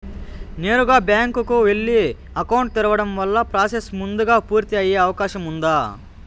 నేరుగా బ్యాంకు కు వెళ్లి అకౌంట్ తెరవడం వల్ల ప్రాసెస్ ముందుగా పూర్తి అయ్యే అవకాశం ఉందా?